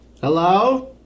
Hello